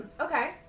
Okay